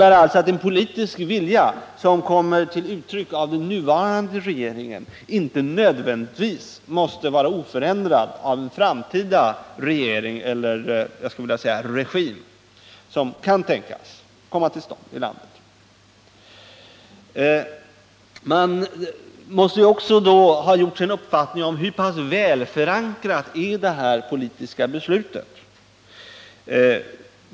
Det innebär att en politisk vilja som kommer till uttryck hos den nuvarande turkiska regeringen inte nödvändigtvis måste kvarstå oförändrad med en framtida regim som kan tänkas komma till stånd i landet. Man måste därför bilda sig en uppfattning om hur pass välförankrat det politiska beslutet är.